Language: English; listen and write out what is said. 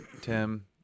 Tim